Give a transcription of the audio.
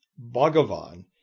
Bhagavan